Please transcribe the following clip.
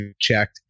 checked